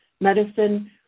medicine